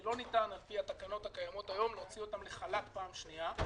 שלא ניתן על פי התקנות הקיימות היום להוציא אותם לחל"ת בפעם השנייה.